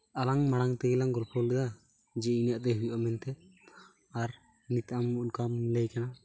ᱟᱞᱟᱝ ᱢᱟᱲᱟᱝ ᱛᱮᱜᱮ ᱞᱟᱝ ᱜᱚᱞᱯᱷᱚ ᱞᱮᱫᱟ ᱡᱮ ᱤᱱᱟᱹᱜ ᱜᱮ ᱦᱩᱭᱩᱜᱼᱟ ᱢᱮᱱᱛᱮ ᱟᱨ ᱱᱤᱛᱚᱝ ᱟᱢ ᱚᱱᱠᱟᱢ ᱞᱟᱹᱭᱼᱮᱫᱟ